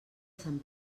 sant